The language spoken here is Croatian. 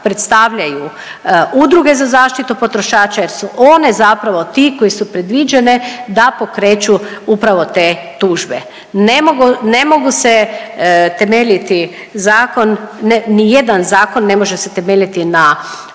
predstavljaju udruge za zaštitu potrošača jer su one zapravo ti koji su predviđene da pokreću upravo te tužbe. Ne mogu se temeljiti zakon, nijedan zakon ne može se temeljiti na